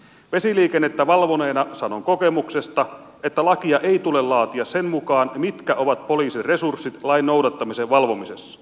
vesiliikennettä valvoneena sanon kokemuksesta että lakia ei tule laatia sen mukaan mitkä ovat poliisin resurssit lain noudattamisen valvomisessa